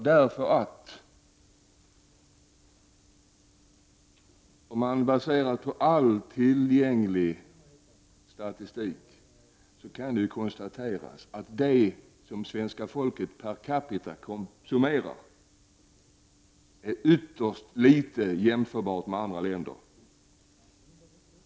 Man kan lätt konstatera, baserat på all tillgänglig statistik, att det som svenska folket konsumerar per capita är ytterst litet, jämfört med andra länder.